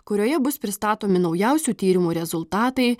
kurioje bus pristatomi naujausių tyrimų rezultatai